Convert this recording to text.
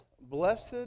blessed